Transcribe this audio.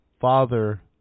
Father